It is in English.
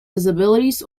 disabilities